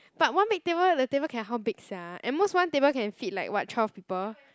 but one big table the table can how big sia at most one table can fit like what twelve people